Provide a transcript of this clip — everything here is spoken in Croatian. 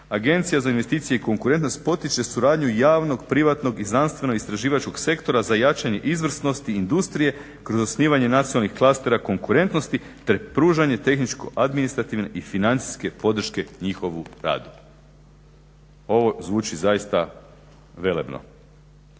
Agencija za investicije i konkurentnost potiče suradnju javnog, privatnog i znanstveno-istraživačkog sektora za jačanje izvrsnosti industrije kroz osnivanje nacionalnih klastera konkurentnosti te pružanje tehničko-administrativne i financijske podrške njihovu radu. Ovo zvuči zaista velebno,